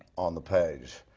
on the page,